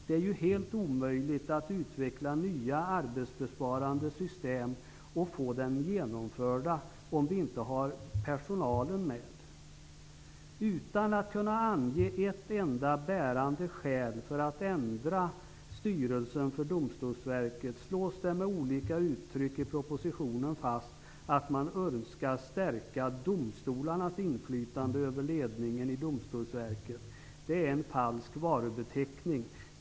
Det är ju helt omöjligt att utveckla nya arbetsbesparande system och få dem genomförda om man inte har personalen med sig. Utan att man kan ange ett enda bärande skäl för att förändra styrelsen för Domstolsverket, slår man med olika uttryck i propositionen fast att man önskar stärka domstolarnas inflytande över ledningen i Domstolsverket. Det är en falsk varubeteckning.